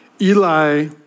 Eli